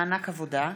(מענק עבודה)